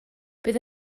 bydd